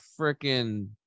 freaking